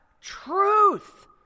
Truth